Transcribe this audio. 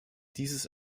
dieses